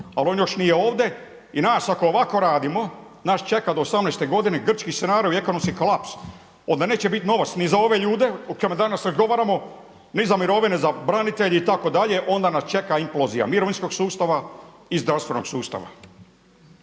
ali on još nije ovdje. I nas ako ovako radimo, nas čeka do 18 godine grčki …/Govornik se ne razumije./… kolaps. Onda neće biti novac ni za ove ljude o kojima danas razgovaramo ni za mirovine za branitelje itd…. Onda nas čeka implozija mirovinskog sustava i zdravstvenog sustava.